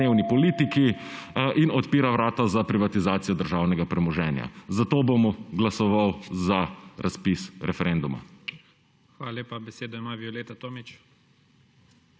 dnevni politiki in odpira vrata za privatizacijo državnega premoženja. Zato bom glasoval za razpis referenduma. PREDSEDNIK IGOR ZORČIČ: Hvala lepa. Besedo ima Violeta Tomić.